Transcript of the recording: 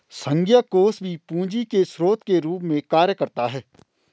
संघीय कोष भी पूंजी के स्रोत के रूप में कार्य करता है